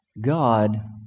God